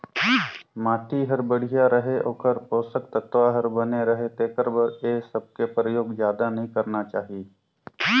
माटी हर बड़िया रहें, ओखर पोसक तत्व हर बने रहे तेखर बर ए सबके परयोग जादा नई करना चाही